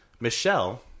Michelle